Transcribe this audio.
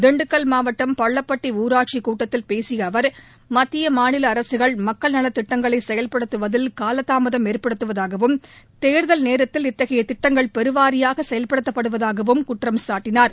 திண்டுக்கல் மாவட்டம் பள்ளப்பட்டி ஊராட்சி கூட்டத்தில் பேசிய அவர் மத்திய மாநில அரசுகள் மக்கள் நலத்திட்டங்களை செயல்படுத்துவதில் காலதாமதம் ஏற்படுத்துவதாகவும் தேர்தல் நேரத்தில் இத்தகைய திட்டங்கள் பெருவாரியாக செயல்படுத்தப்படுவதாகவும் குற்றம்சாட்டினார்